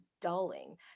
dulling